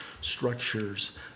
structures